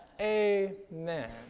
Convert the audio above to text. Amen